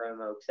promo